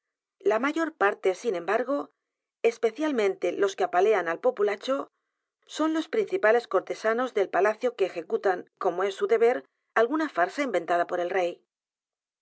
la mayor parte sin embargo especialmente los que apalean al populacho son los principales cortesanos del palacio que ejecutan como es su deber alguna farsa inventada por el rey